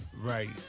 Right